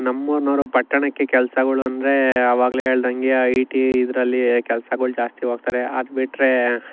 ನಮ್ಮೂರಿನವ್ರು ಪಟ್ಟಣಕ್ಕೆ ಕೆಲ್ಸಗಳು ಅಂದರೆ ಆವಾಗಲೇ ಹೇಳ್ದಂಗೆ ಐ ಟಿ ಇದರಲ್ಲಿ ಕೆಲ್ಸಗಳ್ಗ್ ಜಾಸ್ತಿ ಹೋಗ್ತಾರೆ ಅದುಬಿಟ್ರೆ